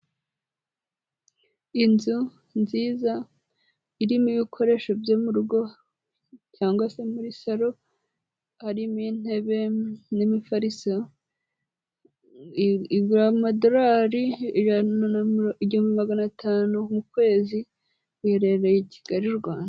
Inzu nziza irimo ibikoresho byo mu rugo cyangwa se muri salo, harimo intebe n'imifariso. Igura amadolari igihumbi magana atanu mu kwezi, iherereye i kigali, Rwanda.